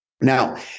Now